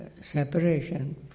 separation